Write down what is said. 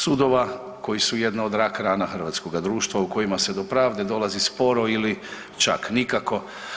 Sudova koji su jedno od rak rana hrvatskoga društva u kojima se do pravde dolazi sporo ili čak nikako.